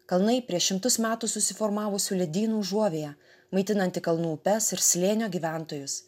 kalnai prieš šimtus metų susiformavusių ledynų užuovėja maitinanti kalnų upes ir slėnio gyventojus